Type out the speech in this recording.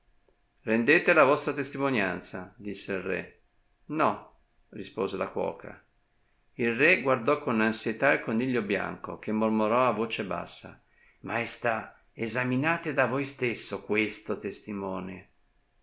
rendete la vostra testimonianza disse il re no rispose la cuoca il re guardò con ansietà il coniglio bianco che mormorò a voce bassa maestà esaminate da voi stesso questo testimone